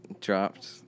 dropped